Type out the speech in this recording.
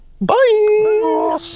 Bye